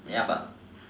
ya but